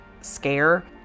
scare